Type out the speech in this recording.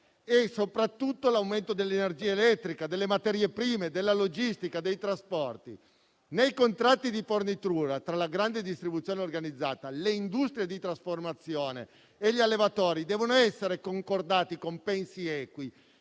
e soprattutto per l'aumento dell'energia elettrica, delle materie prime, della logistica e dei trasporti. Nei contratti di fornitura tra la grande distribuzione organizzata, le industrie di trasformazione e gli allevatori devono essere concordati compensi equi,